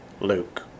Luke